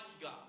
God